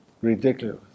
ridiculous